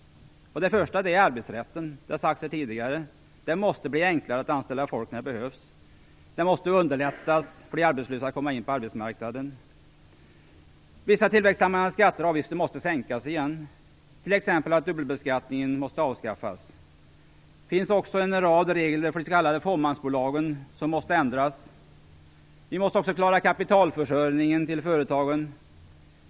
Det gäller t.ex. arbetsrätten. Det har sagts här tidigare: Det måste bli enklare att anställa folk när de behövs. Det måste underlättas för de arbetslösa att komma in på arbetsmarknaden. Vissa tillväxthämmande skatter och avgifter måste sänkas igen. Dubbelbeskattningen måste t.ex. avskaffas. Det finns också en rad regler för de s.k. fåmansbolagen som måste ändras. Vi måste klara kapitalförsörjningen till företagen.